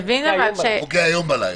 יפקע הלילה.